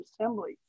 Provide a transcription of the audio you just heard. assembly